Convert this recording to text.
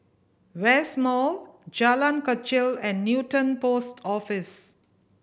West Mall Jalan Kechil and Newton Post Office